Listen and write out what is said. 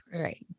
Right